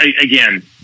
again